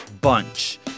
bunch